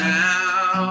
now